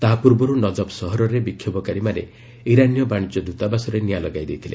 ତାହା ପୂର୍ବରୁ ନଜଫ୍ ସହରରେ ବିକ୍ଷୋଭକାରୀମାନେ ଇରାନୀୟ ବାଣିଜ୍ୟ ଦୂତାବାସରେ ନିଆଁ ଲଗାଇ ଦେଇଥିଲେ